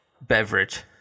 beverage